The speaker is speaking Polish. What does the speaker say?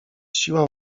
siła